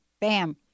Bam